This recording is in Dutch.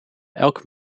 elk